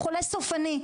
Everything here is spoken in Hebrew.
הוא חולה סופני,